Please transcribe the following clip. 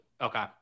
okay